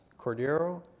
Cordero